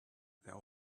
there